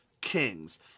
Kings